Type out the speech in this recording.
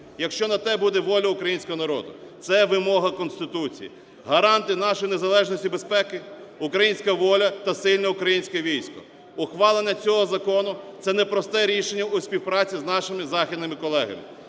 якщо на те буде воля українського народу. Це вимога Конституції. Гаранти нашої незалежності безпеки – українська воля та сильне українське військо. Ухвалення цього закону - це не просте рішення у співпраці з нашими західними колегами,